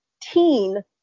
teen